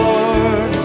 Lord